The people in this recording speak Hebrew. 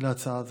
להצעה זו.